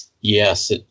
yes